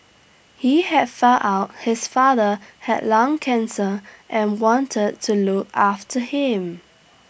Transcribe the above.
he had found out his father had lung cancer and wanted to look after him